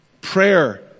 prayer